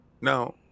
Now